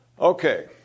Okay